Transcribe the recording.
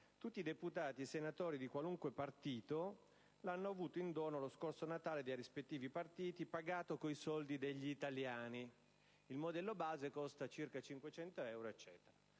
tutti i deputati e i senatori di qualunque partito lo hanno avuto in dono lo scorso Natale dai rispettivi partiti, pagato con i soldi degli italiani (il modello base costa circa 500 euro)».